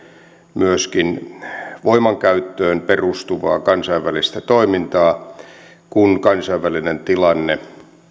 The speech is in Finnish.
myöskin voimankäyttöön perustuvaa kansainvälistä toimintaa kun kansainvälinen tilanne